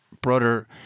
brother